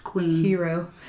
hero